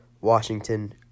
Washington